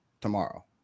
tomorrow